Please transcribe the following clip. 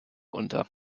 unter